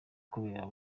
kubera